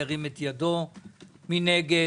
מי נגד?